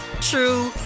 true